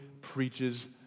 preaches